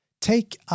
Take